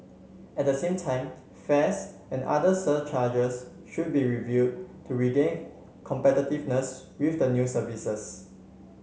at the same time fares and other surcharges should be reviewed to regain competitiveness with the new services